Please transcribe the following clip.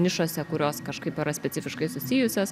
nišose kurios kažkaip yra specifiškai susijusios